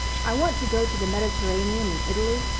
i want to go to the mediterranean and italy.